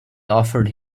offered